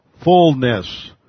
fullness